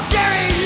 Jerry